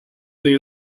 dei